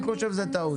אני חושב שזו טעות.